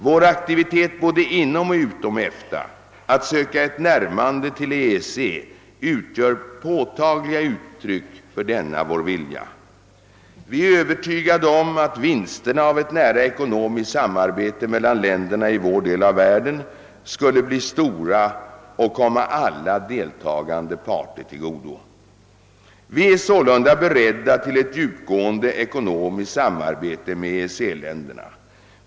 Vår aktivitet håde inom och utom EFTA att söka ett närmande till EEC utgör påtagliga uttryck för denna vår vilja. Vi är övertygade om att vinsterna av ett nära ekonomiskt samarbete mellan länderna i vår del av världen skulle bli stora och komma alla deltagande parter till godo. Vi är sålunda beredda till ett djupgående ekonomiskt samarbete med EEC-länderna.